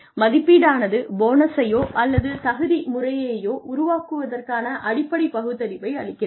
மதிப்பீடானது போனஸையோ அல்லது தகுதிமுறையையோ உருவாக்குவதற்கான அடிப்படை பகுத்தறிவை அளிக்கிறது